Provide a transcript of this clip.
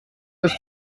als